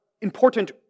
important